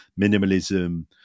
minimalism